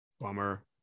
Bummer